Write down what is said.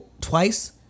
twice